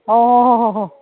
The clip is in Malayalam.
ഓ ഓ ഓ ഹോ